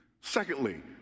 Secondly